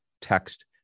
text